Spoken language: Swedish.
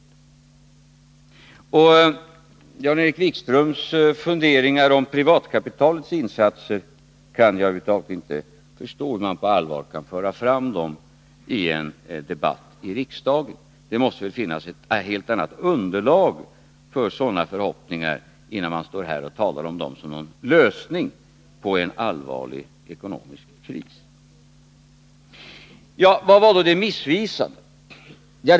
När det gäller Jan-Erik Wikströms funderingar om privatkapitalets Nr 129 insatser kan jag över huvud taget inte förstå hur man på allvar kan föra fram Måndagen den dem i en debatt i riksdagen. Det måste väl finnas helt annat underlag för 4 maj 1981 sådana förhoppningar, innan man står här och talar om dessa som en lösning på en allvarlig ekonomisk kris. Om Svenska film Ja, vad var då det missvisande?